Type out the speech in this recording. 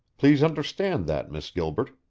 please understand that, miss gilbert.